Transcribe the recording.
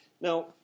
Now